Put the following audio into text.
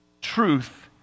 truth